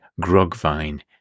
Grogvine